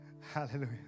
Hallelujah